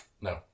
No